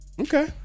Okay